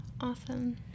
Awesome